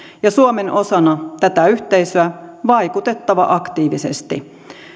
ja suomen on osana tätä yhteisöä vaikutettava aktiivisesti